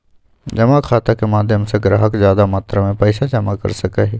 जमा खाता के माध्यम से ग्राहक ज्यादा मात्रा में पैसा जमा कर सका हई